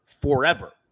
forever